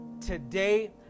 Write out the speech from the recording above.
today